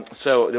so,